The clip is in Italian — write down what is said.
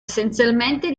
essenzialmente